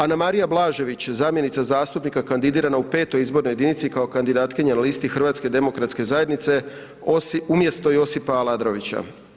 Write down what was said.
Anamarija Blažević zamjenica zastupnika kandidirana u 5. izbornoj jedinici kao kandidatkinja na listi HDZ-a umjesto Josipa Aladrovića.